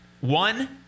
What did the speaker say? one